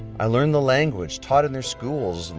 i learned the language, taught in their schools, and